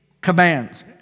commands